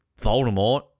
Voldemort